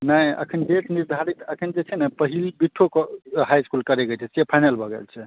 नय एखन डेट निर्धारित एखन जे छै ने पहिल बिट्ठो हाइ इस्कुल करयके छै से फाइनल भऽ गेल छै